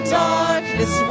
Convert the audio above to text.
darkness